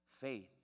Faith